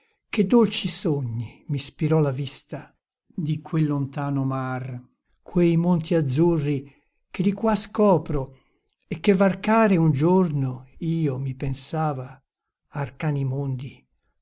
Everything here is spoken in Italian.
che dolci sogni mi spirò la vista di quel lontano mar quei monti azzurri che di qua scopro e che varcare un giorno io mi pensava arcani mondi